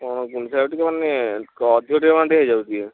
କ'ଣ ଗୁଣ୍ଡିଚାକୁ ଟିକେ ମାନେ ଅଧିକ ଟିକେ ମାନେ ଟିକେ ହେଇଯାଉଛି ଇଏ